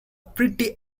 pretty